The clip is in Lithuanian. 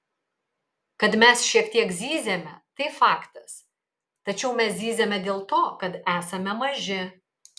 kad mes šiek tiek zyziame tai faktas tačiau mes zyziame dėl to kad esame maži